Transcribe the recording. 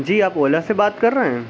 جی آپ اولا سے بات کر رہے ہیں